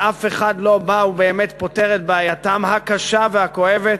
ואף אחד לא בא ובאמת פותר את בעייתם הקשה והכואבת